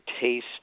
taste